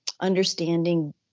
understanding